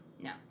No